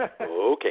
Okay